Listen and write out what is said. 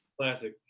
Classic